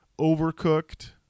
overcooked